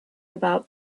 about